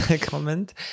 comment